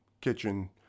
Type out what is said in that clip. kitchen